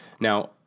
Now